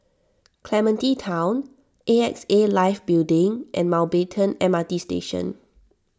Clementi Town A X A Life Building and Mountbatten M R T Station